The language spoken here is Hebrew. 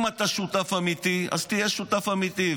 אם אתה שותף אמיתי, תהיה שותף אמיתי.